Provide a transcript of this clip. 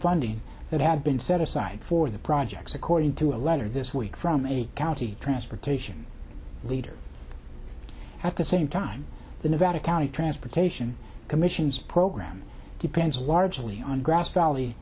funding that had been set aside for the projects according to a letter this week from a county transportation leader have to same time the nevada county transportation commission's program depends largely on grass valley